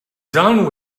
done